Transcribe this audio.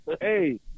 Hey